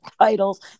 titles